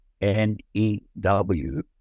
N-E-W